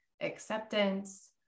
acceptance